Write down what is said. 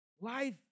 Life